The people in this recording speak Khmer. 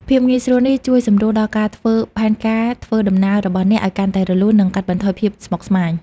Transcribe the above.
ភាពងាយស្រួលនេះជួយសម្រួលដល់ការធ្វើផែនការធ្វើដំណើររបស់អ្នកឱ្យកាន់តែរលូន និងកាត់បន្ថយភាពស្មុគស្មាញ។